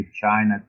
China